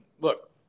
Look